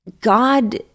God